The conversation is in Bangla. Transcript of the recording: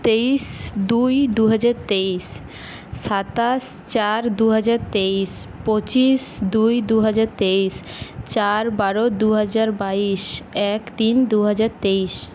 তেইশ দুই দুহাজার তেইশ সাতাশ চার দুহাজার তেইশ পঁচিশ দুই দুহাজার তেইশ চার বারো দুহাজার বাইশ এক তিন দুহাজার তেইশ